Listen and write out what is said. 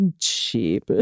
cheap